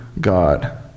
God